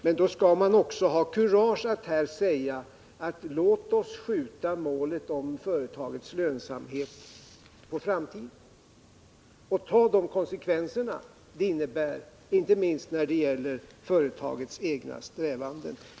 Men då skall man också ha kurage att här säga: Låt oss skjuta målet om företagets lönsamhet på framtiden och vara beredda att ta de konsekvenser det innebär inte minst när det gäller företagets egna strävanden.